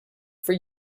for